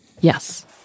Yes